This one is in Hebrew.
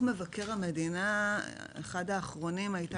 מדוחות מבקר המדינה האחרונים הייתה